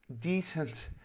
decent